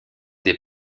des